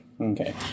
Okay